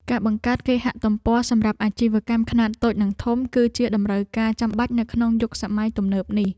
ការបង្កើតគេហទំព័រសម្រាប់អាជីវកម្មខ្នាតតូចនិងធំ គឺជាតម្រូវការចាំបាច់នៅក្នុងយុគសម័យទំនើបនេះ។